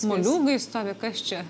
moliūgai stovi kas čia